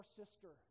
sister